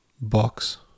box